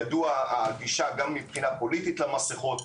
ידועה הגישה גם מבחינה פוליטית למסיכות.